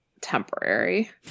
temporary